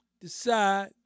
decide